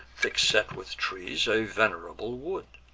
thick set with trees, a venerable wood.